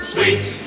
Sweets